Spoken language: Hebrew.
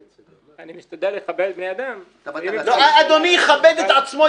אני משתדל לכבד בני אדם --- אדוני יכבד את עצמו,